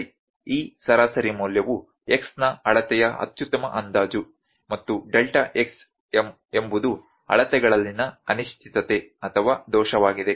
ಈ ಸರಾಸರಿ ಮೌಲ್ಯವು x ನ ಅಳತೆಯ ಅತ್ಯುತ್ತಮ ಅಂದಾಜು ಮತ್ತು ಡೆಲ್ಟಾ x ಎಂಬುದು ಅಳತೆಗಳಲ್ಲಿನ ಅನಿಶ್ಚಿತತೆ ಅಥವಾ ದೋಷವಾಗಿದೆ